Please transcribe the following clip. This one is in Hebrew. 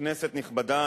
כנסת נכבדה,